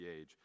age